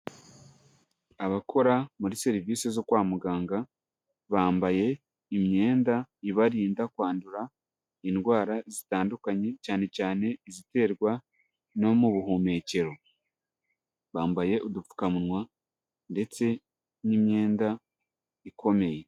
Abakora muri serivisi zo kwa muganga bambaye imyenda ibarinda kwandura indwara zitandukanye cyane cyane iziterwa no mu buhumekero, bambaye udupfukawa ndetse n'imyenda ikomeye.